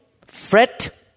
fret